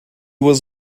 was